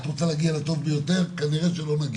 את רוצה להגיע לטוב ביותר כנראה לא מגיעה.